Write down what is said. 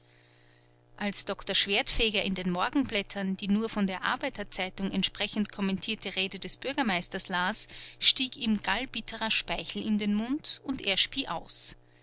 als doktor schwertfeger in den morgenblättern die nur von der arbeiter zeitung entsprechend kommentierte rede des bürgermeisters las stieg ihm gallbitterer speichel in den mund und er spie aus